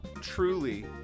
Truly